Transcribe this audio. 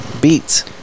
Beats